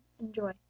enjoy